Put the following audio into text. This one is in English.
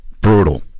brutal